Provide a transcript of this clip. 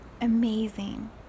amazing